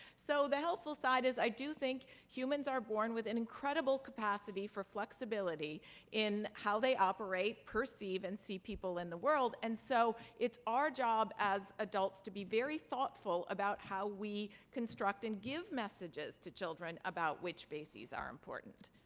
so the helpful side is i do think humans are born with an incredible capacity for flexibility in how they operate, perceive, and see people in the world. and so it's our job as adults to be very thoughtful about how we construct and give messages to children about which bases are important.